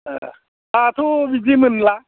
दाथ' बिदि मोनला